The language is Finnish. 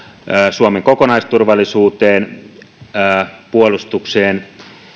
suomen kokonaisturvallisuuteen puolustukseen